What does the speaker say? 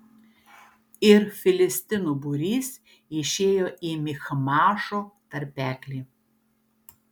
ir filistinų būrys išėjo į michmašo tarpeklį